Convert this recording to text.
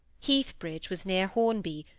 heathbridge was near hornby,